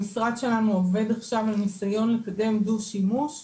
המשרד שלנו עובד עכשיו על ניסיון לקדם דו שימוש,